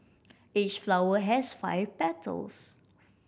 each flower has five petals